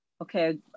Okay